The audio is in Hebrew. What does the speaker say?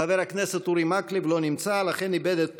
חבר הכנסת אורי מקלב, לא נמצא, לכן איבד את תורו.